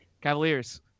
Cavaliers